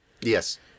Yes